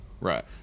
Right